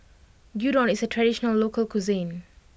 Gyudon is a traditional local cuisine